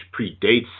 predates